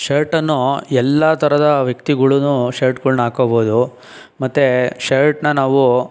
ಶರ್ಟನ್ನು ಎಲ್ಲ ಥರದ ವ್ಯಕ್ತಿಗಳೂ ಶರ್ಟ್ಗಳನ್ನ ಹಾಕೋಬೋದು ಮತ್ತೆ ಶರ್ಟನ್ನ ನಾವು